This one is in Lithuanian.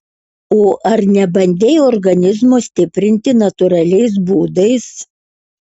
o ar nebandei organizmo stiprinti natūraliais būdais